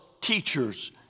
teachers